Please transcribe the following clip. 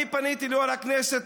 אני פניתי ליו"ר הכנסת,